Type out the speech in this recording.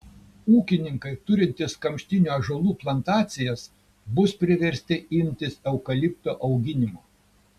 ūkininkai turintys kamštinių ąžuolų plantacijas bus priversti imtis eukaliptų auginimo